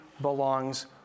belongs